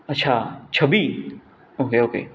अच्छा Chhabi okay okay